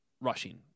rushing